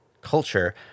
culture